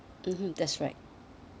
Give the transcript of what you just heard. mmhmm that's right